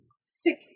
sick